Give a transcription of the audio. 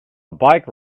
bike